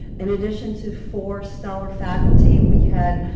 in addition to four stellar faculty, we had,